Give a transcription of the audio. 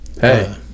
Hey